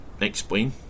explain